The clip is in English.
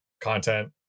content